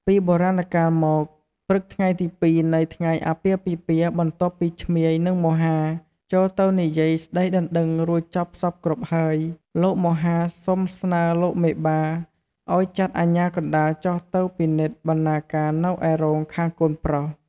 ពីបុរាណកាលមក ព្រឹកថ្ងៃទី២ នៃថ្ងៃអាពាហ៍ពិពាហ៍បន្ទាប់ពីឈ្មាយ និងមហា ចូលទៅនិយាយ ស្តីដណ្តឹងរួចចប់សព្វគ្រប់ហើយ លោកមហា សុំស្នើលោកមេបា ឲ្យចាត់អាជ្ញាកណ្តាលចុះទៅពិនិត្យ បណ្ណាការនៅឯរោងខាងកូនប្រុស។